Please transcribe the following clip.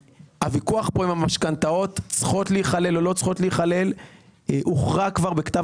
הוויכוח כאן אם המשכנתאות צריכות להיכלל או לא הוכרע כבר בכתב